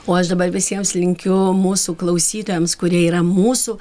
o aš dabar visiems linkiu mūsų klausytojams kurie yra mūsų